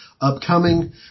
Upcoming